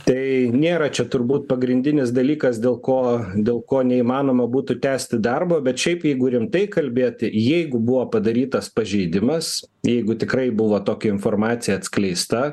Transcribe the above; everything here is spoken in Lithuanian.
tai nėra čia turbūt pagrindinis dalykas dėl ko dėl ko neįmanoma būtų tęsti darbo bet šiaip jeigu rimtai kalbėti jeigu buvo padarytas pažeidimas jeigu tikrai buvo tokia informacija atskleista